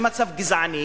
זה מצב גזעני,